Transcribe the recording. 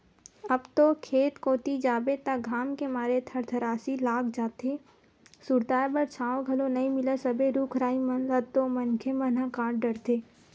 अब तो खेत कोती जाबे त घाम के मारे थरथरासी लाग जाथे, सुरताय बर छांव घलो नइ मिलय सबे रुख राई मन ल तो मनखे मन ह काट डरथे